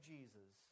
Jesus